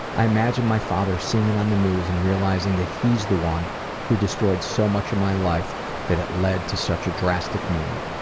i imagine my father seeing it on the news and realizing that he's the one who destroyed so much of my life that it led to such a drastic moment.